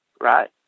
right